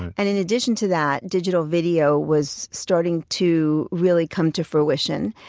and in addition to that, digital video was starting to really come to fruition,